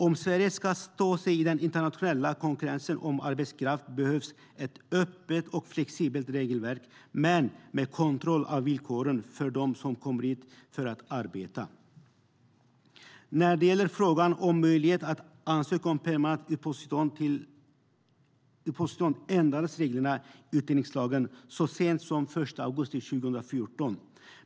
Om Sverige ska stå sig i den internationella konkurrensen om arbetskraft behövs ett öppet och flexibelt regelverk men med kontroll av villkoren för dem som kommer hit för att arbeta. När det gäller frågan om att ansöka om permanent uppehållstillstånd ändrades reglerna i utlänningslagen så sent som den 1 augusti 2014.